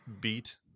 beat